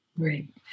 Great